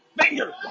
Finger